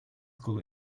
school